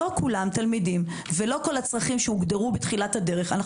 כולם תלמידים ולא כל הצרכים שהוגדרו בתחילת הדרך קיימים.